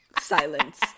Silence